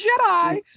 Jedi